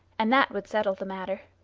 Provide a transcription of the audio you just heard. and that would settle the matter.